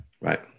Right